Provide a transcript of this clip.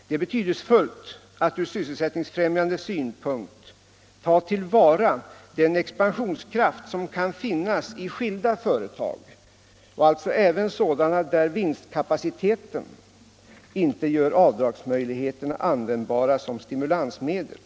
Det är betydelsefullt från sysselsättningsfrämjande synpunkt att ta till vara den expansionskraft som kan finnas i skilda företag — alltså även sådana där vinstkapaciteten inte gör avdragsmöjligheterna användbara som stimulansmedel.